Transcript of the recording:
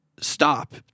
stop